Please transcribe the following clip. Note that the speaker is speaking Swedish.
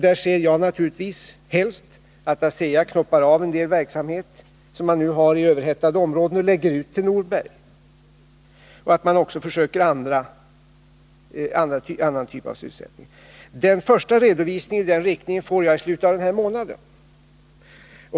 Där ser jag naturligtvis helst att ASEA knoppar av en del verksamhet som man har i överhettade områden och lägger ut den till Norberg och också att man försöker med annan typ av sysselsättning. Den första redovisningen i den här riktningen får jag i slutet av denna månad.